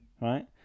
right